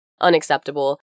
Unacceptable